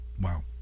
Wow